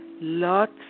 lots